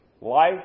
Life